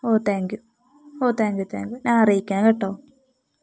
ഓ thank you ഓ thank you thank you ഞാൻ അറിയിക്കാം കേട്ടോ